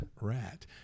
rat